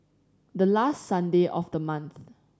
the last Sunday of the month